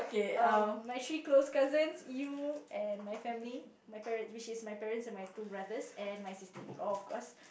um my three close cousins you and my family my parents which is my parents and my two brothers and my sister in law of course